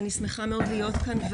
אני שמחה מאוד להיות כאן.